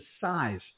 size